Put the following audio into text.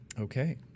Okay